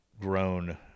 grown